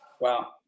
Wow